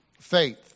Faith